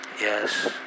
Yes